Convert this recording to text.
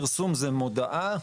פרסום זו מודעה,